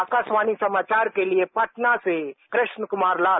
आकाशवाणी समाचार के लिए पटना से कृष्ण कुमार लाल